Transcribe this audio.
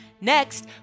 Next